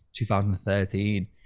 2013